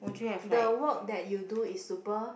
the work that you do is super